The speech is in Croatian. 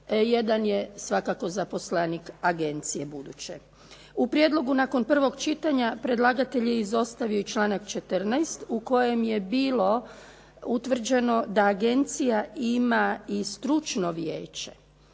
jedan je svakako zaposlenik Agencije buduće. U Prijedlogu nakon prvog čitanja, predlagatelj je izostavio članak 14. u kojem je bilo utvrđeno da agencija ima i stručno vijeće.